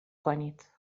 کنید